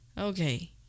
Okay